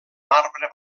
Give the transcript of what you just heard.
marbre